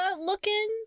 looking